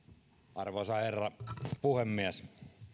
arvoisa herra puhemies